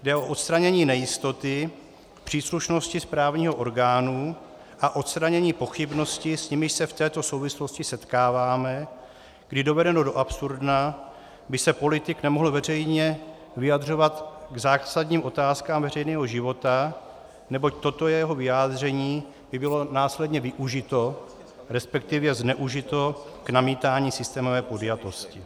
Jde o odstranění nejistoty příslušnosti správního orgánu a odstranění pochybnosti, s nimiž se v této souvislosti setkáváme, kdy dovedeno do absurdna by se politik nemohl veřejně vyjadřovat k zásadním otázkám veřejného života, neboť toto jeho vyjádření by bylo následně využito, resp. zneužito k namítání systémové podjatosti.